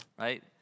right